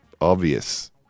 obvious